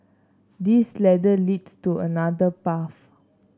this ladder leads to another path